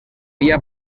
via